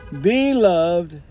Beloved